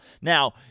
Now